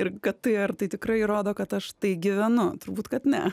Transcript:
ir kad tai ar tai tikrai rodo kad aš tai gyvenu turbūt kad ne